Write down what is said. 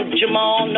jamal